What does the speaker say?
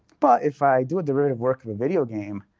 but if i do a derivative work of a video game,